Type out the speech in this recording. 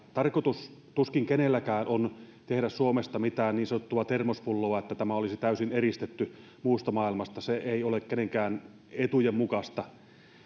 tarkoitus kenelläkään on tehdä suomesta mitään niin sanottua termospulloa että tämä olisi täysin eristetty muusta maailmasta se ei ole kenenkään etujen mukaista